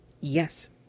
Yes